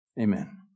Amen